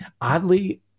oddly